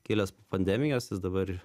kilęs pandemijos jis dabar